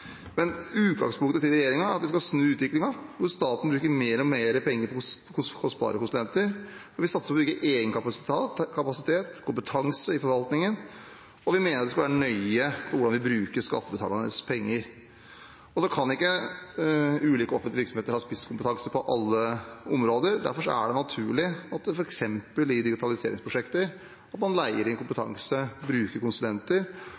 skal snu utviklingen med at staten bruker mer og mer penger på kostbare konsulenter. Vi vil satse på å bygge egen kapasitet og kompetanse i forvaltningen. Vi mener vi må være nøye med hvordan vi bruker skattebetalernes penger. Ulike offentlige virksomheter kan ikke ha spisskompetanse på alle områder, og derfor er det naturlig at en i f.eks. digitaliseringsprosjekter leier inn kompetanse og bruker konsulenter,